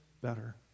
better